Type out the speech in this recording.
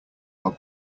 are